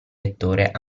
lettore